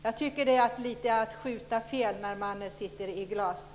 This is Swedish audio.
Jag tycker att det är att skjuta fel när man sitter i glashus.